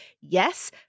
Yes